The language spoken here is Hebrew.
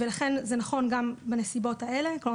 ולכן זה נכון גם בנסיבות האלה.